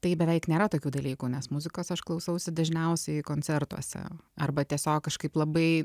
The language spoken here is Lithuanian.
tai beveik nėra tokių dalykų nes muzikos aš klausausi dažniausiai koncertuose arba tiesiog kažkaip labai